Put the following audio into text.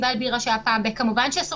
פסטיבל בירה שהיה פעם וכמובן שאסור